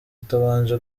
utabanje